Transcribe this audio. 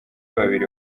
babiri